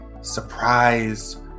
surprise